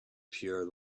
pure